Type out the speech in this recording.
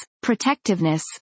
protectiveness